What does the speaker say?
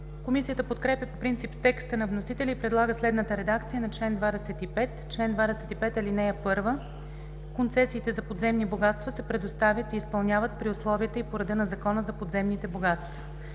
Комисията подкрепя по принцип текста на вносителя и предлага следната редакция на чл. 25: „Чл. 25. (1) Концесиите за подземни богатства се предоставят и изпълняват при условията и по реда на Закона за подземните богатства.